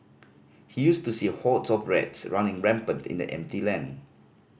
he used to see hordes of rats running rampant in the empty land